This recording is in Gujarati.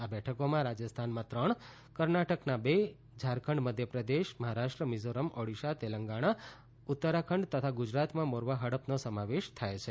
આ બેઠકોમાં રાજસ્થાનમાં ત્રણ કર્ણાટકના બે અને ઝારખંડ મધ્યપ્રદેશ મહારાષ્ટ્ર મિઝોરમ ઓડિશા તેલંગાણા અને ઉત્તરાખંડ તથા ગુજરાતમાં મોરવા હડફનો સમાવેશ થાય છે